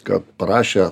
ką parašė